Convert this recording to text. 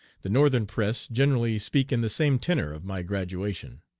the northern press generally speak in the same tenor of my graduation.